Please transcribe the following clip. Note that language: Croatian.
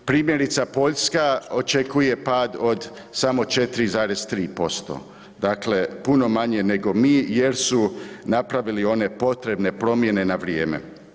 Primjerice Poljska očekuje pad od samo 4,3% dakle puno manje nego mi jer su napravili one potrebne promjene na vrijeme.